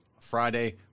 Friday